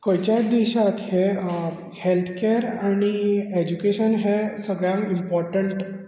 खंयचेर देशाक हे health care आनी एजुकेशन हे सगळ्यांन इमपोरटंट